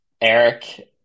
Eric